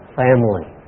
family